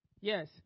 Yes